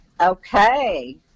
Okay